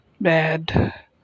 bad